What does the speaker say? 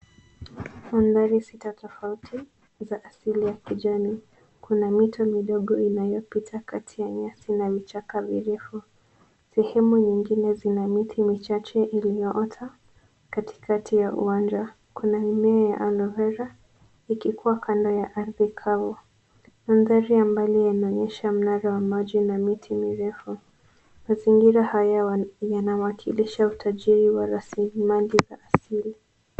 Mandhari sita tofauti za asili ya kijani. Kuna mito midogo inayopita kati ya nyasi navichaka virefu. Sehemu zingine zina miti chache zilizoota katikati ya uwanja. Kuna mimea ya aloe vera ikiwa kando ya ardhi kavu. Mandhari ya mbali inaonyesha maji na miti mirefu. Mazingira haya yanawakilisha utajiri wa rasilimali.